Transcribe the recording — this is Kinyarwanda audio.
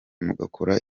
mugakora